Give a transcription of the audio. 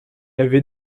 avait